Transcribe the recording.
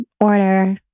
order